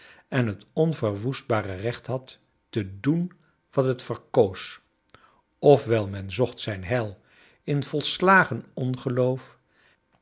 en het onverwoestbare recht had te doen wat het verkoos of wel men zocht zijn heil in volslagen ongeloof